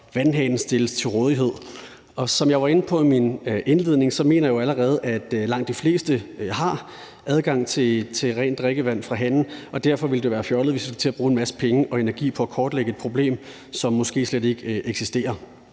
vandhanen stilles til rådighed. Som jeg var inde på i min indledning, mener jeg jo, at langt de fleste allerede har adgang til rent drikkevand fra hanen, og derfor ville det være fjollet, hvis vi skulle til at bruge en masse penge og energi på at kortlægge et problem, som måske slet ikke eksisterer.